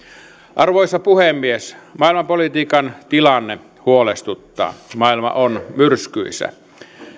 arvoisa puhemies maailmanpolitiikan tilanne huolestuttaa maailma on myrskyisä